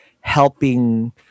helping